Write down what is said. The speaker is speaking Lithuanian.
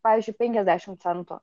pavyzdžiui penkiasdešim centų